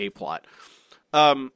A-plot